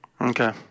Okay